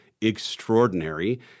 extraordinary